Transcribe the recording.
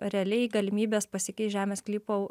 realiai galimybės pasikeist žemės sklypou